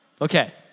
Okay